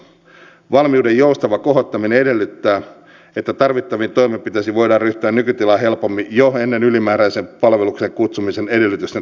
valmiuden joustava kohottaminen edellyttää että tarvittaviin toimenpiteisiin voidaan ryhtyä nykytilaa helpommin jo ennen ylimääräiseen palvelukseen kutsumisen edellytysten täyttymistä